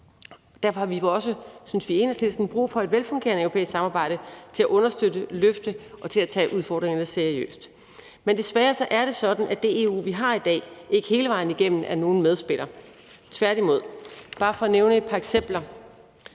Derfor har vi jo også, synes vi i Enhedslisten, brug for et velfungerende europæisk samarbejde til at understøtte, løfte og tage udfordringerne seriøst. Men desværre er det sådan, at det EU, vi har i dag, ikke hele vejen igennem er en medspiller, tværtimod. Bare for at nævne et par eksempler